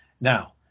Now